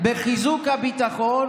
" בחיזוק הביטחון